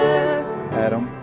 Adam